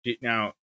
now